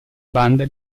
banda